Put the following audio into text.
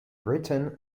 britain